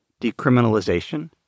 decriminalization